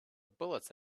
bullets